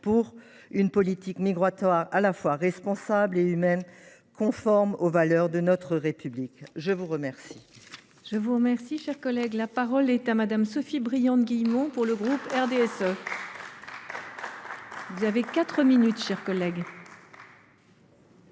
pour une politique migratoire à la fois responsable et humaine, conforme aux valeurs de notre République. La parole